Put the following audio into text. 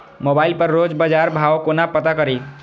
Mobile पर रोज बजार भाव कोना पता करि?